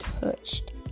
touched